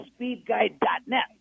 SpeedGuide.net